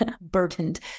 burdened